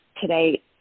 today